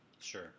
Sure